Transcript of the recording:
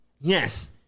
yes